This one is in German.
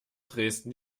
dresden